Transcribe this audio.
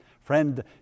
Friend